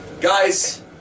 Guys